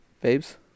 babes